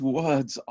words